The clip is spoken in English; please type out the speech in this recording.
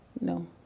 No